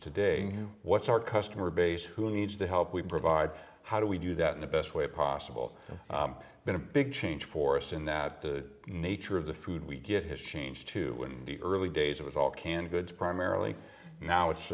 today what's our customer base who needs the help we provide how do we do that in the best way possible been a big change for us in that the nature of the food we get has changed to the early days with all canned goods primarily now it's